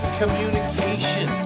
communication